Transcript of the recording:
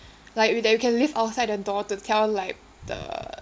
like with that you can leave outside the door to tell like the